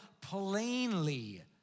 plainly